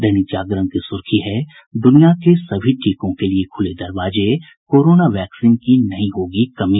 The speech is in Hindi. दैनिक जागरण की सुर्खी है द्र्निया के सभी टीकों के लिए खुले दरवाजे कोरोना वैक्सीन की नहीं होगी कमी